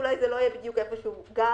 אולי זה לא יהיה בדיוק איפה שהוא גר,